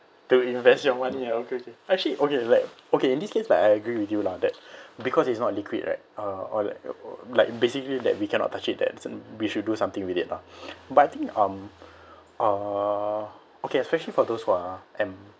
to invest your money ah okay okay actually okay like okay in this case like I agree with you lah that because it's not liquid right uh or like or like basically that we cannot touch it that's we should do something with it lah but I think um uh okay especially for those who are em~